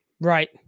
Right